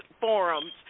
forums